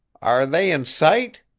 are they in sight?